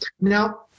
Now